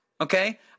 Okay